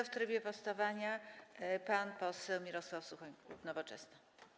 W trybie sprostowania pan poseł Mirosław Suchoń, klub Nowoczesna.